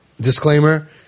disclaimer